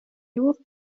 lourd